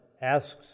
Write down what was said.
asks